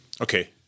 Okay